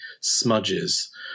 smudges